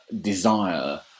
desire